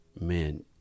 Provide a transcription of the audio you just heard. man